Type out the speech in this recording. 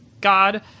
god